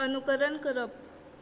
अनुकरण करप